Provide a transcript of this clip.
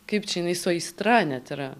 kaip čia jinai su aistra net yra